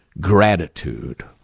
gratitude